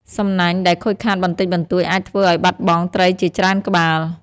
សំណាញ់ដែលខូចខាតបន្តិចបន្តួចអាចធ្វើឲ្យបាត់បង់ត្រីជាច្រើនក្បាល។